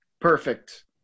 perfect